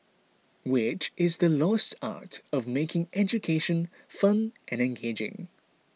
which is the lost art of making education fun and engaging